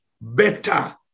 better